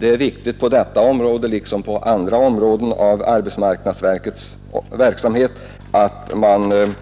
Det är viktigt här liksom på andra områden av arbetsmarknadsverkets verksamhet att man